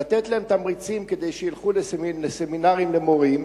לתת להם תמריצים כדי שילכו לסמינרים למורים,